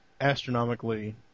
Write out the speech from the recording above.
astronomically